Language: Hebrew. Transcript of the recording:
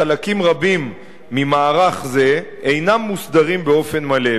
חלקים רבים ממערך זה אינם מוסדרים באופן מלא,